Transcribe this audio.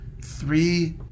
three